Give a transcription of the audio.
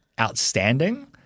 outstanding